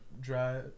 dry